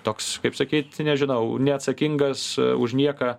toks kaip sakyt nežinau neatsakingas už nieką